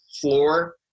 floor